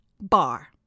bar